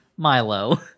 Milo